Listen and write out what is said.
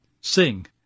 sing